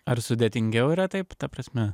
ar sudėtingiau yra taip ta prasme